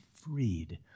freed